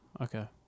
okay